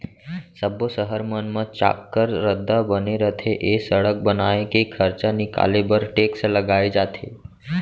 सब्बो सहर मन म चाक्कर रद्दा बने रथे ए सड़क बनाए के खरचा निकाले बर टेक्स लगाए जाथे